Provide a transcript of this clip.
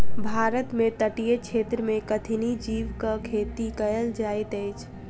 भारत में तटीय क्षेत्र में कठिनी जीवक खेती कयल जाइत अछि